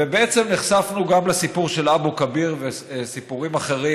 ובעצם, נחשפנו לסיפור של אבו כביר ולסיפורים אחרים